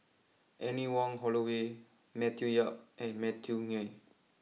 Anne Wong Holloway Matthew Yap and Matthew Ngui